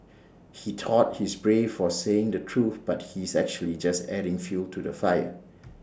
he thought he's brave for saying the truth but he's actually just adding fuel to the fire